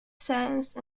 science